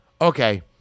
okay